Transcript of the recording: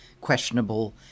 questionable